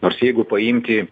nors jeigu paimti